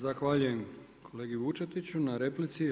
Zahvaljujem kolegi Vučetiću na replici.